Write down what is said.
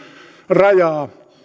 rajaa